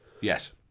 Yes